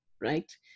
right